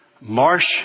marsh